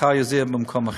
מחר זה יהיה במקום אחר.